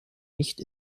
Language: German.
nicht